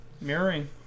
Mirroring